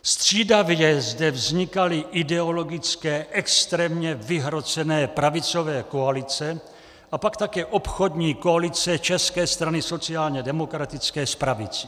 Střídavě zde vznikaly ideologické extrémně vyhrocené pravicové koalice a pak také obchodní koalice České strany sociálně demokratické s pravicí.